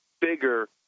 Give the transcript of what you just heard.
bigger